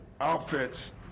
outfits